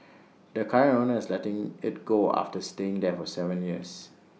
the current owner is letting IT go after staying there for Seven years